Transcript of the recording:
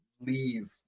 leave